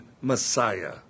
Messiah